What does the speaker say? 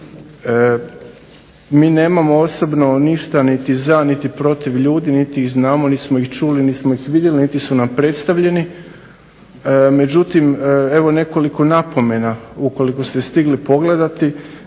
MI nemamo osobno ništa niti za niti protiv ljudi niti ih znamo, niti smo ih čuli niti su nam predstavljeni, međutim, evo nekoliko napomena ukoliko ste stigli pogledati,